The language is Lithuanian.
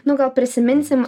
nu gal prisiminsim